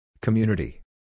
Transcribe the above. Community